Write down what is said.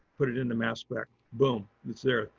put it into mass spec. boom. it's there.